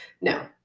No